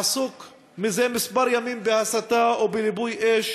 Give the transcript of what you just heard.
עסוק זה כמה ימים בהסתה ובליבוי אש